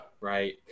right